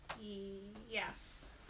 Yes